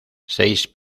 seis